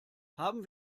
haben